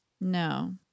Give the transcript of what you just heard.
no